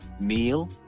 meal